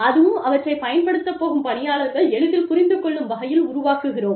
அதுவும் அவற்றைப் பயன்படுத்த போகும் பணியாளர்கள் எளிதில் புரிந்து கொள்ளும் வகையில் உருவாக்குகிறோம்